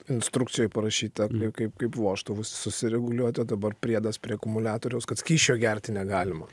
instrukcijoj parašyta kaip kaip kaip vožtuvus susireguliuoti o dabar priedas prie akumuliatoriaus kad skysčio gerti negalima